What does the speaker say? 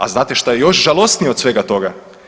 A znate šta je još žalosnije od svega toga?